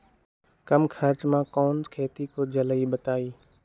कम खर्च म कौन खेती हो जलई बताई?